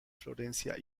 florencia